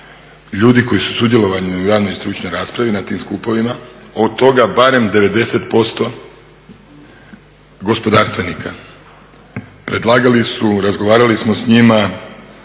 ljudi koji su sudjelovali u javnoj i stručnoj raspravi na tim skupovima, od toga barem 90% gospodarstvenika. Predlagali su, razgovarali smo s njima,